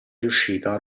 riuscita